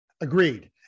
Agreed